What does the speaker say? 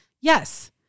Yes